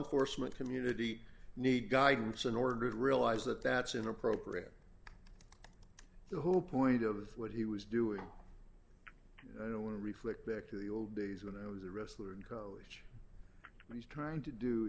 enforcement community need guidance in order to realize that that's inappropriate the whole point of what he was doing and i don't reflect back to the old days when i was a wrestler and coach what he's trying to do